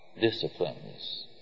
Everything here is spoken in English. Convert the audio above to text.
disciplines